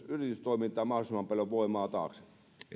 yritystoimintaan mahdollisimman paljon voimaa taakse